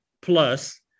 plus